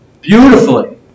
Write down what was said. beautifully